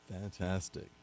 Fantastic